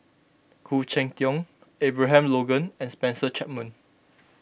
Khoo Cheng Tiong Abraham Logan and Spencer Chapman